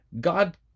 God